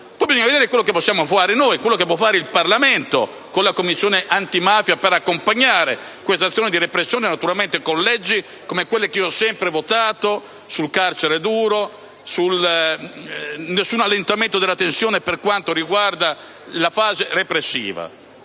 Poi bisogna vedere cosa possiamo fare noi, cosa può fare il Parlamento con la Commissione antimafia per accompagnare questa azione di repressione, naturalmente con leggi, come quelle che ho sempre votato, sul carcere duro e su nessun allentamento della tensione per quanto riguarda la fase repressiva.